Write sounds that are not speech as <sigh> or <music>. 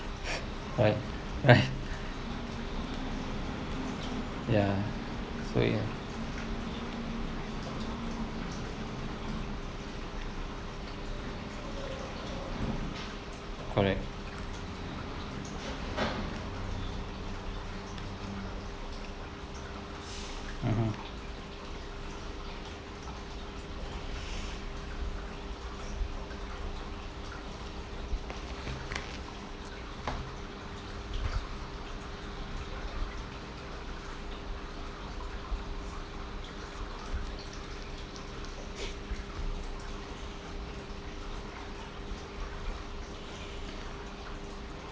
<laughs> alright ya so ya correct mmhmm